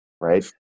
right